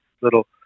little